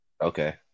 Okay